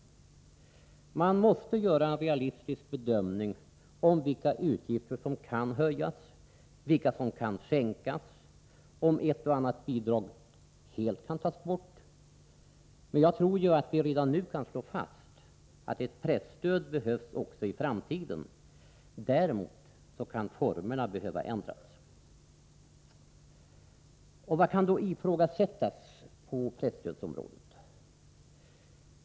Man måste göra en realistisk bedömning av vilka utgifter som kan höjas, vilka som kan sänkas, och om ett och annat bidrag helt kan tas bort. Men jag tror att vi redan nu kan slå fast att presstöd behövs också i framtiden. Däremot kan formerna behöva ändras. Vad kan då ifrågasättas på presstödsområdet?